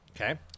Okay